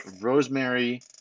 Rosemary